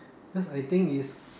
cause I think is